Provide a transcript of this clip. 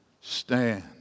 Stand